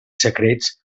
secrets